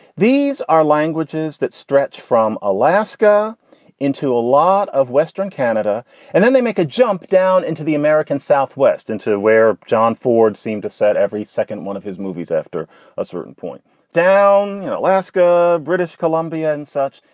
these are languages that stretch from alaska into a lot of western canada and then they make a jump down into the american southwest into where john ford seemed to set every second one of his movies after a certain point down in alaska, british columbia and such.